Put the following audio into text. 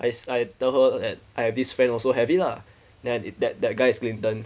I I told her that I have this friend also have it lah then that that guy is clinton